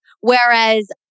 Whereas